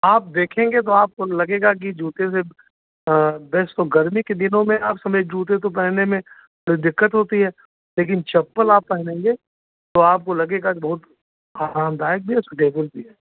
आप देखेंगे तो आपको लगेगा कि जूते से बेस्ट तो गर्मी के दिनों आप हर समय जूते तो पहनने में तो दिक्कत होती है लेकिन चप्पल आप पहनेंगे तो आपको लगेगा कि बहुत आरामदायक भी और सूटेबल भी है